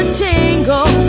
tingle